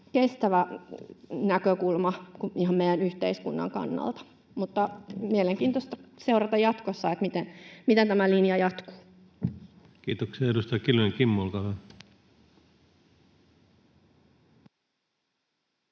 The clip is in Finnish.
kestävä näkökulma ihan meidän yhteiskunnan kannalta. Mutta mielenkiintoista seurata jatkossa, miten tämä linja jatkuu. [Speech 180] Speaker: Ensimmäinen